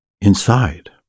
inside